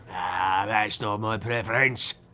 ah, that's not my preference.